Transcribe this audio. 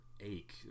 ache